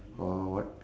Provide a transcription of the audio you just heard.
or what